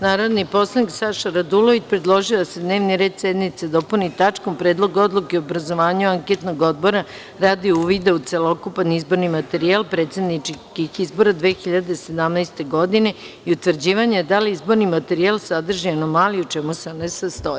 Narodni poslanik Saša Radulović predložio je da se dnevni red sednice dopuni tačkom – Predlog odluke o obrazovanju anketnog odbora radi uvida u celokupni izborni materijal predsedničkih izbora 2017. godine i utvrđivanja da li izborni materijal sadrži anomalije i u čemu se one sastoji.